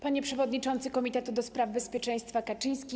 Panie Przewodniczący Komitetu ds. Bezpieczeństwa Kaczyński!